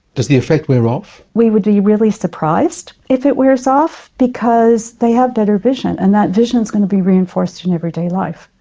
does the effect wear off? we would be really surprised if it wears off, because they have better vision, and that vision is going to be reinforced in everyday life.